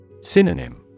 Synonym